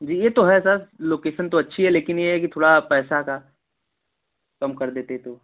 जी यह तो है सर लोकेशन तो अच्छी है लेकिन यह है कि थोड़ा पैसे का कम कर देते तो